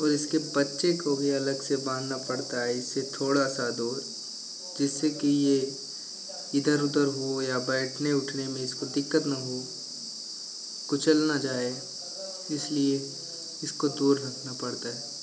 और इसके बच्चे को भी अलग से बाँधना पड़ता है इससे थोड़ा सा दूर जिससे कि यह इधर उधर हो या बैठने उठने में इसको दिक्कत न हो कुचल न जाए इसलिए इसको दूर रखना पड़ता है